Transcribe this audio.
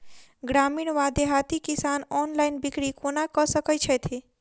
ग्रामीण वा देहाती किसान ऑनलाइन बिक्री कोना कऽ सकै छैथि?